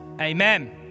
Amen